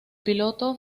piloto